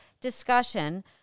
discussion